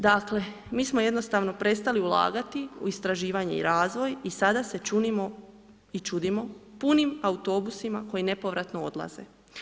Dakle mi smo jednostavno prestali ulagati u istraživanje i razvoj i sada se čudimo i čudimo punim autobusima koji nepovratno odlaze.